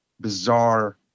bizarre